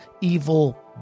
evil